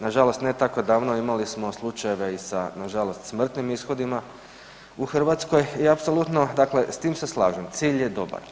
Nažalost, ne tako davno imali smo slučajeve i sa nažalost smrtnim ishodima u Hrvatskoj i apsolutno dakle s tim se slažem, cilj je dobar.